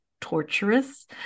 torturous